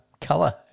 color